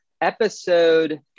episode